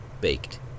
Baked